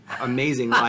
amazing